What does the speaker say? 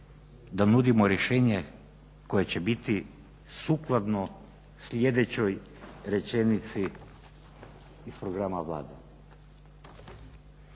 da nudimo rješenje koje će biti sukladno sljedećoj rečenici Programa Vlade.